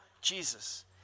Jesus